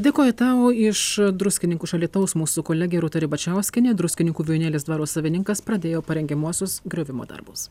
dėkoju tau iš druskininkų iš alytaus mūsų kolegė rūta ribačiauskienė druskininkų vijūnėlės dvaro savininkas pradėjo parengiamuosius griovimo darbus